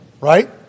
right